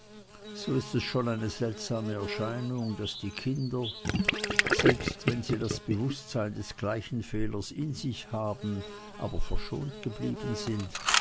so schon ist es eine seltsame erscheinung daß die kinder selbst wenn sie das bewußtsein des gleichen fehlers in sich haben aber verschont geblieben sind